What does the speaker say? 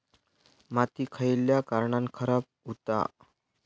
माती खयल्या कारणान खराब हुता?